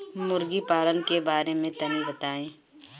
मुर्गी पालन के बारे में तनी बताई?